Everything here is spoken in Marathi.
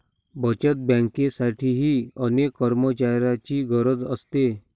बचत बँकेसाठीही अनेक कर्मचाऱ्यांची गरज असते